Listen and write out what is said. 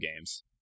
games